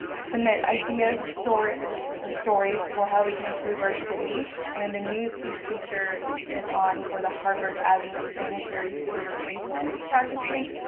submit ideas or stories or stories for how we can improve our city and the newsfeed feature is on for the harvard avenue sanitary sewer replacement project page.